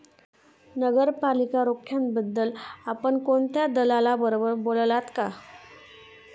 नगरपालिका रोख्यांबद्दल आपण कोणत्या दलालाबरोबर बोललात का?